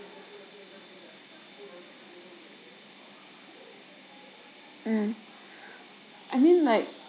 mm I mean like